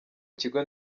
kigo